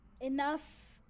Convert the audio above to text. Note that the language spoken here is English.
enough